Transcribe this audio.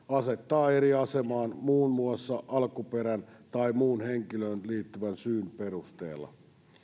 asettaa eri asemaan muun muassa alkuperän tai muun henkilöön liittyvän syyn perusteella